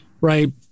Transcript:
right